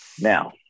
Now